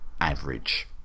average